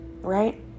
right